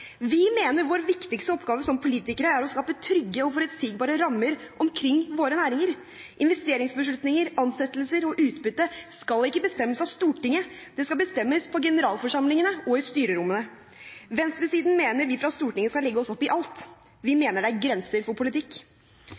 Vi mener vår viktigste oppgave som politikere er å skape trygge og forutsigbare rammer omkring våre næringer. Investeringsbeslutninger, ansettelser og utbytte skal ikke bestemmes av Stortinget, det skal bestemmes på generalforsamlingene og i styrerommene. Venstresiden mener vi fra Stortinget skal legge oss opp i alt. Vi mener det er grenser for politikk.